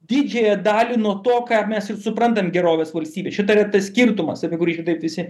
didžiąją dalį nuo to ką mes ir suprantam gerovės valstybės šita yra tas skirtumas apie kurį visi